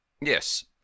Yes